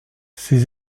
ces